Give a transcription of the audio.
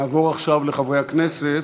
נעבור עכשיו לחברי הכנסת.